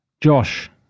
Josh